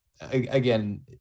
Again